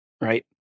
right